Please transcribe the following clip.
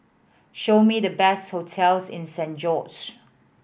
show me the best hotels in Saint George